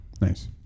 Nice